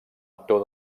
actor